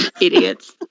Idiots